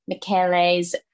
Michele's